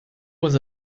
was